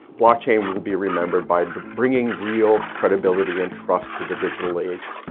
blockchain will be remembered by bringing real credibility and trust to the digital age.